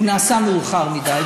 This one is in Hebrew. הוא נעשה מאוחר מדי,